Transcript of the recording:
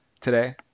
today